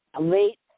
Late